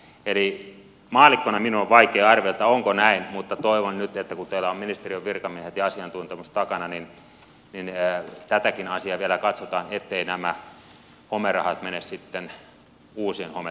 maallikkona minun on vaikea arvioida onko näin mutta toivon nyt että kun teillä on ministeriön virkamiehet ja asiantuntemus takana niin tätäkin asiaa vielä katsotaan etteivät nämä homerahat mene sitten uusien hometalojen rakentamiseen